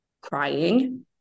crying